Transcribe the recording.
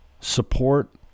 support